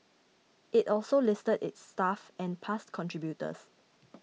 it also listed its staff and past contributors